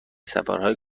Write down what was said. سفرهای